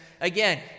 again